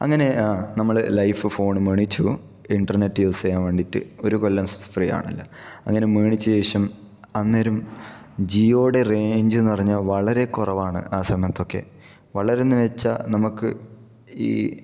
അങ്ങനെ നമ്മള് Lyf phone മേടിച്ചു ഇന്റർനെറ്റ് യൂസ് ചെയ്യാൻ വേണ്ടിയിട്ട് ഒരു കൊല്ലം ഫ്രീ ആണല്ലോ അങ്ങനെ മേടിച്ച ശേഷം അന്നേരം ജിയോയുടെ റേഞ്ച് എന്ന് പറഞ്ഞാൽ വളരെ കുറവാണ് ആ സമയത്തൊക്കെ വളരെ എന്ന് വെച്ചാൽ നമുക്ക് ഈ